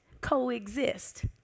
coexist